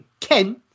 Ken